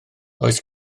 oedd